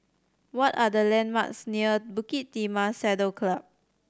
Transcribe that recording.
what are the landmarks near Bukit Timah Saddle Club